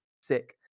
sick